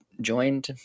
joined